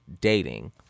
dating